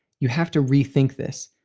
you have to rethink this.